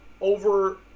over